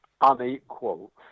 unequal